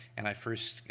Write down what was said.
and i first,